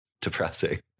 depressing